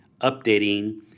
updating